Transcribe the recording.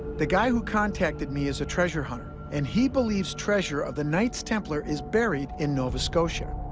the guy who contacted me is a treasure hunter, and he believes treasure of the knights templar is buried in nova scotia.